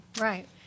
Right